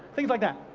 things like that.